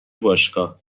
باشگاه